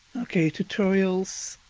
ok, tutorials.